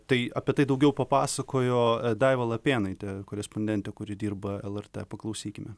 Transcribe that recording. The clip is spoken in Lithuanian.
tai apie tai daugiau papasakojo daiva lapėnaitė korespondentė kuri dirba lrt paklausykime